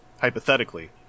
Hypothetically